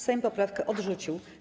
Sejm poprawkę odrzucił.